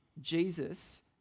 Jesus